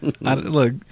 Look